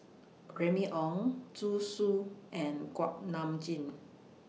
Remy Ong Zhu Xu and Kuak Nam Jin